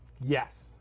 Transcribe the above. Yes